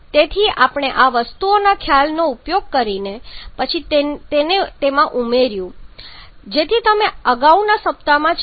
તેથી આપણે આ વસ્તુના ખ્યાલનો ઉપયોગ કરીને પછીથી તેને ઉમેર્યું છે જેની તમે અગાઉના સપ્તાહમાં ચર્ચા કરી હતી